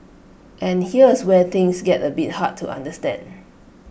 and here's A where things get A bit hard to understand